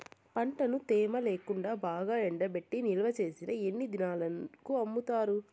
పంటను తేమ లేకుండా బాగా ఎండబెట్టి నిల్వచేసిన ఎన్ని దినాలకు అమ్ముతారు?